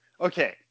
okay